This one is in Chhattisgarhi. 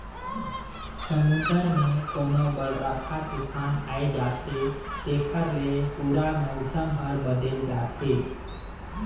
समुन्दर मे कोनो बड़रखा तुफान आये जाथे तेखर ले पूरा मउसम हर बदेल जाथे